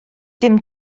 dim